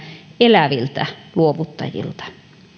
eläviltä luovuttajilta